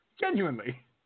genuinely